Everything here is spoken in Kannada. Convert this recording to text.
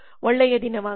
ಒಳ್ಳೆಯ ದಿನವಾಗಲಿ